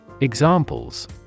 Examples